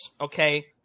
okay